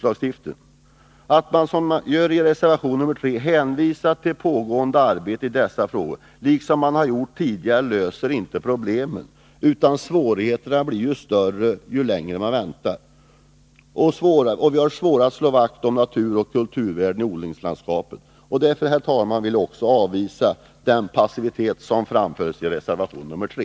Att, som man gör i reservation nr 3, hänvisa till pågående arbete i dessa frågor liksom man har gjort tidigare löser inte problemen utan gör svårigheterna större. Ju längre vi väntar, ju svårare har vi att slå vakt om naturoch kulturvården i odlingslandskapet. Därför vill jag, herr talman, också avvisa den passivitet som framförs i reservation nr 3.